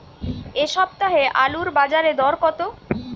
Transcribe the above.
এ সপ্তাহে আলুর বাজারে দর কত?